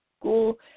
school